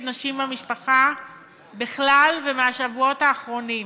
נשים במשפחה בכלל ומהשבועות האחרונים.